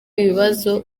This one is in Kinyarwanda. ibibazo